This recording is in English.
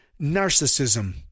narcissism